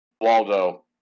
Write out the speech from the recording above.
Waldo